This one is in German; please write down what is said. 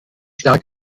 stark